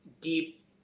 deep